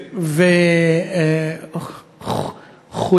איך אומרים את זה בעברית?